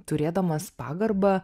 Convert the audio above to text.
turėdamas pagarbą